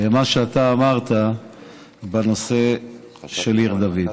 למה שאתה אמרת בנושא של עיר דוד.